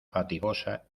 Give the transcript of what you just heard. fatigosa